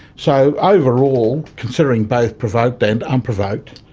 so overall, considering both provoked and unprovoked,